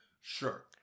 Sure